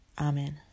Amen